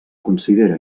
considera